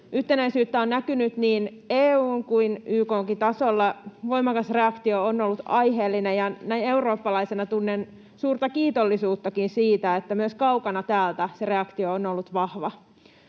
Yhtenäisyyttä on näkynyt niin EU:n kuin YK:nkin tasolla. Voimakas reaktio on ollut aiheellinen, ja näin eurooppalaisena tunnen suurta kiitollisuuttakin siitä, että myös kaukana täältä se reaktio on ollut vahva.